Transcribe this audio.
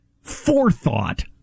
forethought